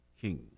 King